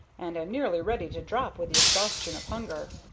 and am nearly ready to drop with the exhaustion of hunger.